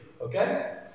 okay